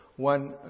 One